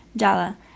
Jala